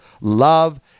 love